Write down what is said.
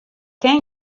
ken